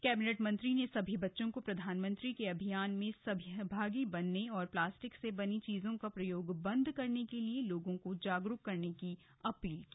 cabinet मंत्री ने सभी बच्चों को प्रधानमंत्री के अभियान में सहभागी बनने और प्लास्टिक से बनी चीजों का प्रयोग बंद करने के लिए लोगों को जागरूक करने की अपील की